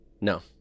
no